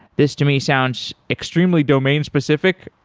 this to me sounds extremely domain-specific,